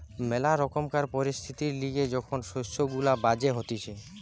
ম্যালা রকমকার পরিস্থিতির লিগে যখন শস্য গুলা বাজে হতিছে